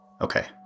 Okay